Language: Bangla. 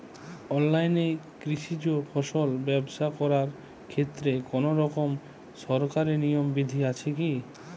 অনলাইনে কৃষিজ ফসল ব্যবসা করার ক্ষেত্রে কোনরকম সরকারি নিয়ম বিধি আছে কি?